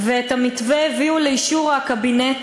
ואת המתווה הביאו לאישור הקבינט